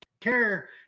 care